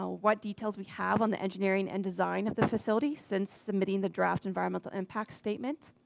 ah what details we have on the engineering, and design of the facility since submitting the draft environmental impact statement,